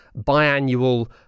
biannual